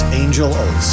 angel